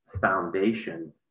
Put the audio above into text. foundation